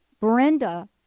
Brenda